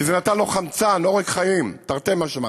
כי זה נתן לו חמצן, עורק חיים, תרתי משמע,